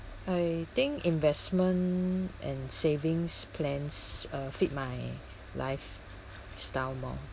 I think investment and savings plans uh fit my lifestyle more